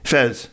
Fez